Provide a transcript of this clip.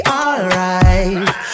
alright